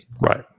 Right